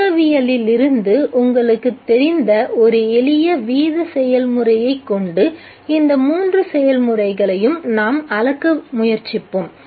இயக்கவியலிலிருந்து உங்களுக்குத் தெரிந்த ஒரு எளிய வீத செயல்முறையைக் கொண்டு இந்த மூன்று செயல்முறைகளையும் நாம் அளக்க முயற்சிப்போம்